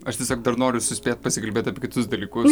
aš tiesiog dar noriu suspėt pasikalbėt apie kitus dalykus